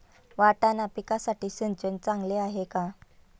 वाटाणा पिकासाठी सिंचन चांगले आहे का?